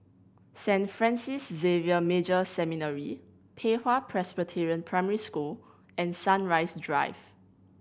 Saint Francis Xavier Major Seminary Pei Hwa Presbyterian Primary School and Sunrise Drive